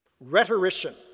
Rhetorician